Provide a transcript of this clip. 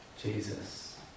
Jesus